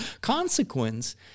consequence